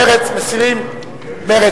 קבוצת רע"ם-תע"ל,